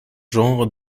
genre